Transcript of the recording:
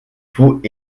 faut